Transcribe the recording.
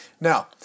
Now